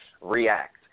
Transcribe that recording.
react